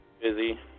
busy